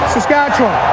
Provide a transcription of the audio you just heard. Saskatchewan